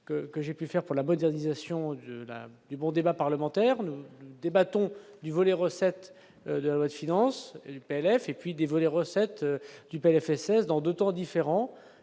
que j'ai pu faire pour la modernisation de la du bon débat parlementaire nous débattons du volet recettes de la loi de finances du PLF et puis des recettes du PLFSS dans 2 temps différents,